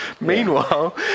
Meanwhile